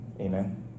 Amen